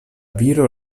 viro